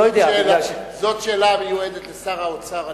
זו שאלה המיועדת לשר האוצר הנוכחי,